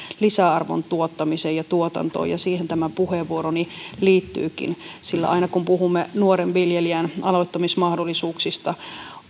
lisäarvon tuottamiseen ja tuotantoon ja siihen tämä puheenvuoroni liittyykin sillä aina kun puhumme nuoren viljelijän aloittamismahdollisuuksista